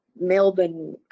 Melbourne